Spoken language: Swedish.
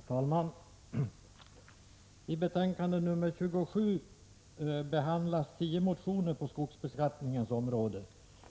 Herr talman! I skatteutskottets betänkande 27 behandlas tio motioner på skogsbeskattningens område.